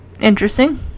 interesting